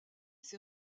ses